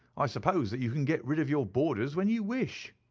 i suppose that you can get rid of your boarders when you wish